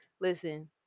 listen